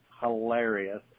hilarious